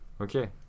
Okay